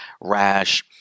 rash